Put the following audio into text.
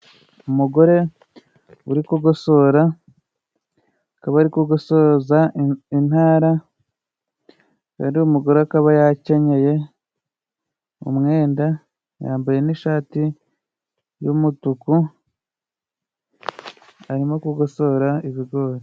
Umugore uri kugosora, akaba ari ko gusoza intara. Rero uyu mugore akaba yakenyeye umwenda yambaye n'ishati yumutuku. Arimo kugosora ibigori